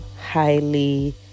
highly